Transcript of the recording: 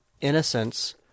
innocence